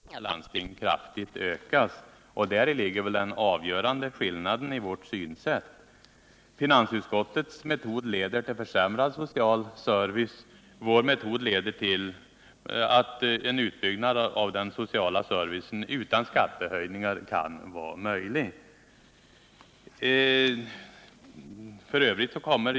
Herr talman! Vad Knut Wachtmeister glömde att säga, när han talade om den aktuella kommunala utdebiteringen, var att denna redan är uppe i 29 kr. Det är naturligtvis angeläget att de kommunala skattehöjningarna stoppas. Finansutskottet tror tydligen att det kan ske genom överenskommelser om åtstramningar för kommuner och landsting. Men vi tror att det endast kan ske genom att statsbidragen till kommuner och landsting kraftigt ökas. Däri ligger väl den avgörande skillnaden i våra synsätt. Finansutskottets metod leder till försämrad social service; vår metod leder till att en utbyggnad av den sociala servicen kan vara möjlig utan skattehöjningar.